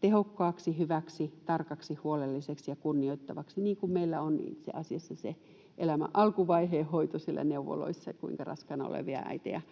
tehokkaaksi, hyväksi, tarkaksi, huolelliseksi ja kunnioittavaksi, niin kuin meillä on itse asiassa se elämän alkuvaiheen hoito siellä neuvoloissa, kuinka raskaana olevia äitejä